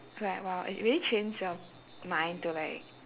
like !wow! it really trains your mind to like